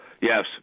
Yes